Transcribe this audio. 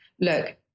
Look